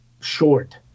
short